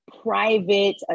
Private